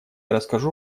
расскажу